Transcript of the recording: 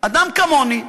אדם כמוני,